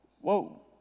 Whoa